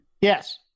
Yes